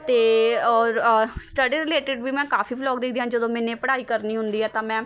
ਅਤੇ ਔਰ study related ਵੀ ਮੈਂ ਕਾਫੀ ਵਲੋਗ ਦੇਖਦੀ ਹਾਂ ਜਦੋਂ ਮੈਨੇ ਪੜ੍ਹਾਈ ਕਰਨੀ ਹੁੰਦੀ ਹੈ ਤਾਂ ਮੈਂ